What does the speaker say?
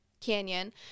canyon